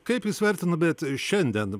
kaip jūs vertintumėt šiandien